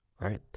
right